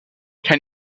can